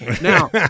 Now